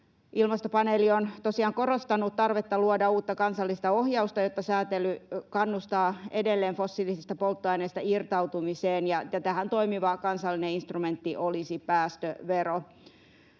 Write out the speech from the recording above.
Ilmastopaneeli on tosiaan korostanut tarvetta luoda uutta kansallista ohjausta, jotta sääntely kannustaa edelleen fossiilisista polttoaineista irtautumiseen, ja tähän toimiva kansallinen instrumentti olisi päästövero.